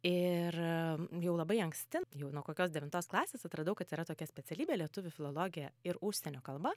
ir jau labai anksti jau nuo kokios devintos klasės atradau kad yra tokia specialybė lietuvių filologija ir užsienio kalba